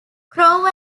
crowe